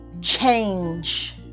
change